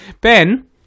Ben